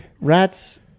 Rats